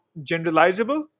generalizable